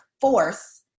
force